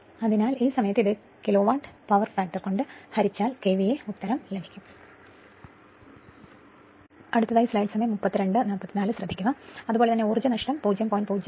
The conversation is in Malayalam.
അതിനാൽ ആ സമയത്ത് ഇത് കിലോവാട്ട് പവർ ഫാക്ടർ കൊണ്ട് ഹരിച്ചാൽ KVA നൽകും അതിനാൽ അതുപോലെ തന്നെ ഊർജ്ജനഷ്ടം 0